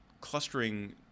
clustering